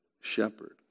shepherd